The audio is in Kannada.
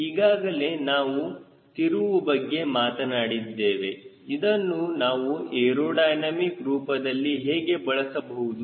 ಈಗಾಗಲೇ ನಾವು ತಿರುವು ಬಗ್ಗೆ ಮಾತನಾಡುತ್ತಿದ್ದೇವೆ ಇದನ್ನು ನಾವು ಏರೋಡೈನಮಿಕ್ ರೂಪದಲ್ಲಿ ಹೇಗೆ ಬಳಸಬಹುದು